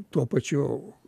tuo pačiu